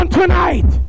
tonight